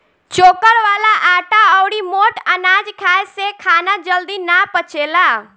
चोकर वाला आटा अउरी मोट अनाज खाए से खाना जल्दी ना पचेला